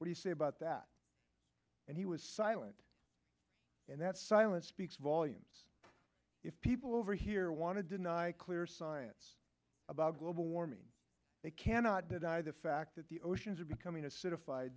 what do you say about that and he was silent and that silence speaks volumes if people over here want to deny clear science about global warming they cannot deny the fact that the oceans are becoming acidified